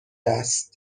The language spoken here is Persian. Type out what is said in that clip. است